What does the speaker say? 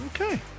Okay